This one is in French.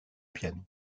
piano